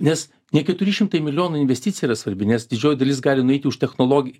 nes ne keturi šimtai milijonų investicija yra svarbi nes didžioji dalis gali nueiti už technologi